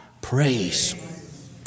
Praise